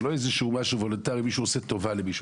זה לא משהו וולונטרי, מישהו עושה טובה למישהו.